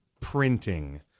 printing